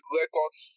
records